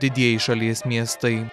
didieji šalies miestai